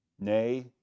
Nay